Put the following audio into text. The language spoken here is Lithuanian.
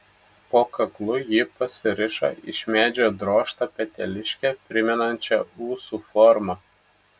po kaklu ji pasirišo iš medžio drožtą peteliškę primenančią ūsų formą